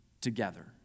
together